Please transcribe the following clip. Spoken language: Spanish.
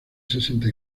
sesenta